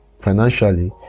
financially